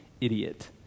idiot